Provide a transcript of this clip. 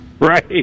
right